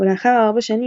ולאחר ארבע שנים,